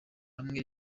hamwe